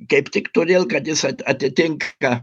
kaip tik todėl kad jis atitinka